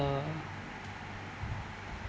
uh